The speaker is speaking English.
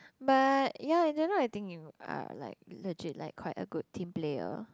but ya in general I think you are like legit like quite a good team player